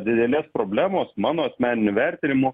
didelės problemos mano asmeniniu vertinimu